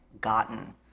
gotten